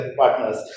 partners